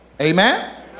Amen